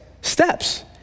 steps